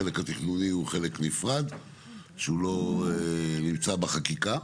החלק התכנוני הוא חלק נפרד שהוא לא נמצא בחקיקה.